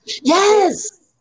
Yes